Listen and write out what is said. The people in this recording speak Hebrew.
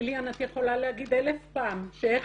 ליליאן את יכולה להגיד 1000 פעם שאיך